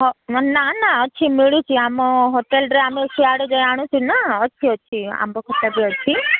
ହଁ ନାଁ ନାଁ ଅଛି ମିଳୁଛି ଆମ ହୋଟେଲ୍ରେ ଆମେ ସିଆଡ଼େ ଯାଇ ଆଣୁଛୁ ନାଁ ଅଛି ଅଛି ଆମ୍ବ ଖଟା ବି ଅଛି